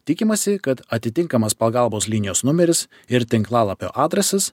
tikimasi kad atitinkamas pagalbos linijos numeris ir tinklalapio adresas